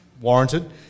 warranted